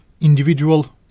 individual